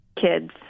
kids